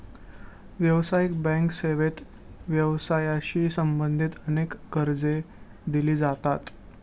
व्यावसायिक बँक सेवेत व्यवसायाशी संबंधित अनेक कर्जे दिली जातात